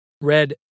Red